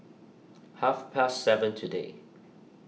half past seven today